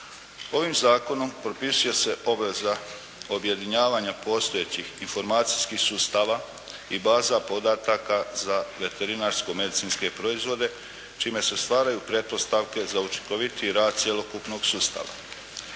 Ovim Zakonom propisuje se obveza objedinjavanja postojećih informacijskih sustava i baza podataka za veterinarsko-medicinske proizvode čime se stvaraju pretpostavke za učinkovitiji rad cjelokupnog sustava.